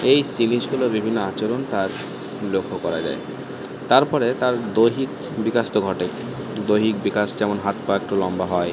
এই সিরিজগুলো বিভিন্ন আচরণ তার লক্ষ্য করা যায় তারপরে তার দৈহিক বিকাশ তো ঘটে দৈহিক বিকাশ যেমন হাত পা একটু লম্বা হয়